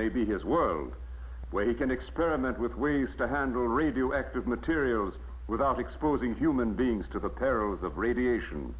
may be his world and wake and experiment with ways to handle radioactive materials without exposing human beings to the perils of radiation